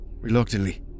Reluctantly